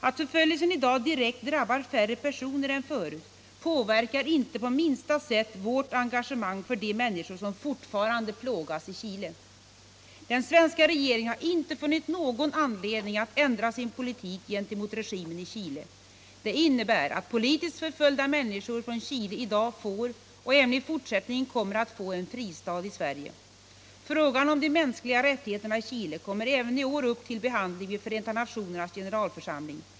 Att förföljelsen i dag direkt drabbar färre personer än förut påverkar inte på minsta sätt vårt engagemang för de människor som fortfarande plågas i Chile. Den svenska regeringen har inte funnit någon anledning att ändra sin politik gentemot regimen i Chile. Det innebär att politiskt förföljda människor från Chile i dag får och även i fortsättningen kommer att få en fristad i Sverige. Frågan om de mänskliga rättigheterna i Chile kommer även i år upp till behandling vid Förenta nationernas generalförsamling.